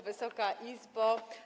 Wysoka Izbo!